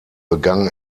begann